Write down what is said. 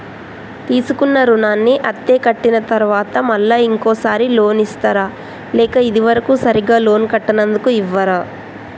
తీసుకున్న రుణాన్ని అత్తే కట్టిన తరువాత మళ్ళా ఇంకో సారి లోన్ ఇస్తారా లేక ఇది వరకు సరిగ్గా లోన్ కట్టనందుకు ఇవ్వరా?